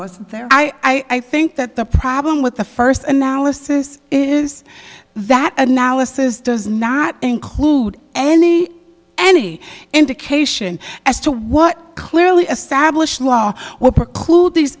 was there i think that the problem with the first analysis is that analysis does not include any any indication as to what clearly established law what preclude these